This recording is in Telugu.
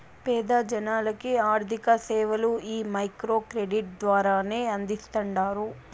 పేద జనాలకి ఆర్థిక సేవలు ఈ మైక్రో క్రెడిట్ ద్వారానే అందిస్తాండారు